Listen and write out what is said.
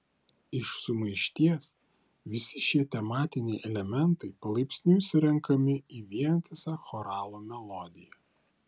iš sumaišties visi šie tematiniai elementai palaipsniui surenkami į vientisą choralo melodiją